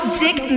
dick